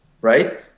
right